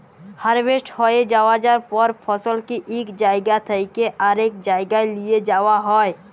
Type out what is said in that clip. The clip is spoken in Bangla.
হারভেস্ট হঁয়ে যাউয়ার পর ফসলকে ইক জাইগা থ্যাইকে আরেক জাইগায় লিঁয়ে যাউয়া হ্যয়